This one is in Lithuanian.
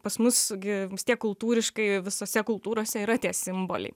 pas mus gi vis tiek kultūriškai visose kultūrose yra tie simboliai